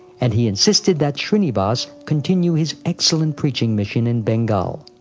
and he insisted that shrinivas continue his excellent preaching mission in bengal.